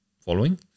Following